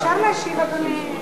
אפשר להשיב, אדוני?